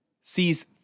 sees